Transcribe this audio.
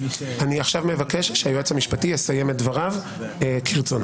אני עכשיו מבקש שהיועץ המשפטי יסיים את דבריו כרצונו.